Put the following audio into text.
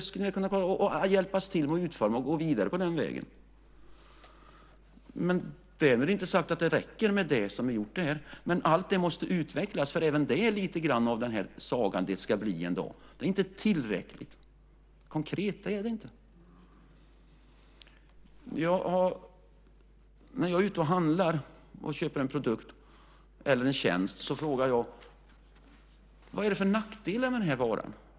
Ni skulle kunna hjälpa till att utforma dem och gå vidare på den vägen. Därmed inte sagt att det räcker med det. Allt måste utvecklas, för även där är det lite grann som i sagan: Det ska bli en dag. Det är inte tillräckligt konkret, det är det inte. När jag är ute och handlar och köper en produkt eller en tjänst frågar jag: Vad är det för nackdelar med den här varan?